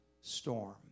storm